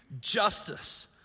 Justice